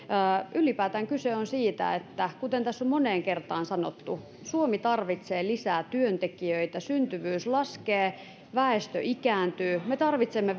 ylipäätään kyse on siitä että kuten tässä on moneen kertaan sanottu suomi tarvitsee lisää työntekijöitä syntyvyys laskee väestö ikääntyy me tarvitsemme